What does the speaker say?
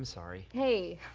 sorry. hey,